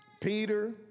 Peter